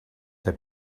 der